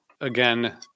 again